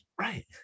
right